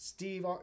Steve